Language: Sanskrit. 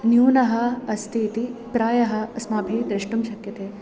न्यूनः अस्ति इति प्रायः अस्माभिः द्रष्टुं शक्यते